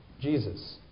Jesus